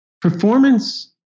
Performance